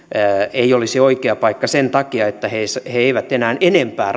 ei olisi oikein sen takia että he he eivät enää enempää